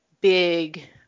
big